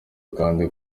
kandi